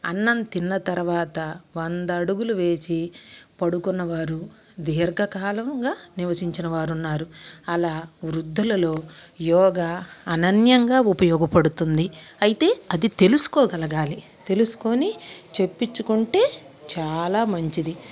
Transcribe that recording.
అన్నం తిన్న తర్వాత వంద అడుగులు వేచి పడుకున్న వారు దీర్ఘకాలంగా నివసించిన వారున్నారు అలా వృద్ధులలో యోగ అనన్యంగా ఉపయోగపడుతుంది అయితే అది తెలుసుకోగలగాలి తెలుసుకొని చెప్పించుకుంటే చాలా మంచిది